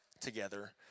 together